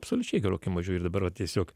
absoliučiai gerokai mažiau ir dabar va tiesiog